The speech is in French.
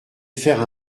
faire